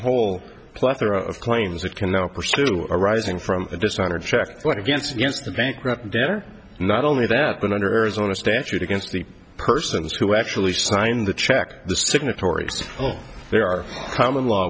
whole plethora of claims that can now pursue arising from a dishonored check point against us the bankrupt there not only that but under arizona statute against the persons who actually signed the check the signatories there are common law